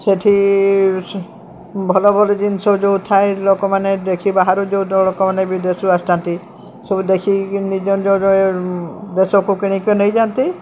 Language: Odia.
ସେଠି ଭଲ ଭଲ ଜିନିଷ ଯେଉଁ ଥାଏ ଲୋକମାନେ ଦେଖି ବାହାରୁ ଯେଉଁ ଲୋକମାନେ ବିଦେଶରୁ ଆସିଥାନ୍ତି ସବୁ ଦେଖିକି ନିଜ ନିଜ ଦେଶକୁ କିଣିକି ନେଇଯାଆନ୍ତି